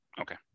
Okay